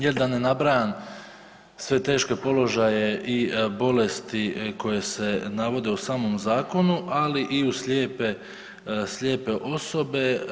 Jer da ne nabrajam sve teške položaje i bolesti koje se navode u samom Zakonu, ali i uz slijepe osobe.